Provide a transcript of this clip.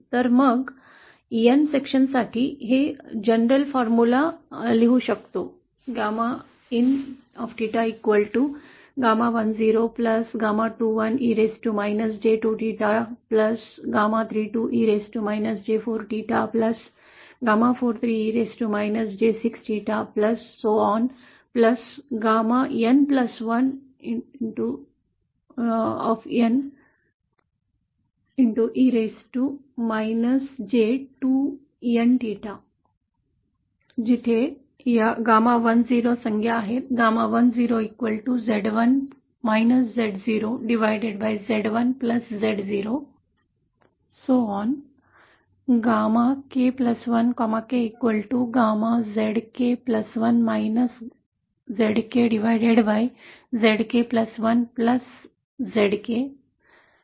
तर मग n विभागां साठी मी हे सर्वसाधारण सूत्र लिहू शकतो जिथे या GAMA10 संज्ञा आहेत या GAMAin च्या संज्ञा अशा दिल्या जातात